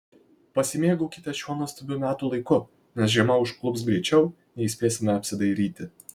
pasimėgaukite šiuo nuostabiu metų laiku nes žiema užklups greičiau nei spėsime apsidairyti